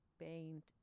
paint